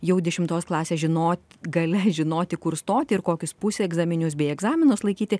jau dešimtos klasės žinot gale žinoti kur stoti ir kokius pusegzaminius bei egzaminus laikyti